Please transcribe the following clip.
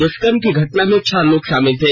दुष्कम की घटना में छह लोग शामिल थे